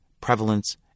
prevalence